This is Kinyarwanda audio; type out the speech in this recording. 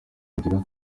ngira